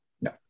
No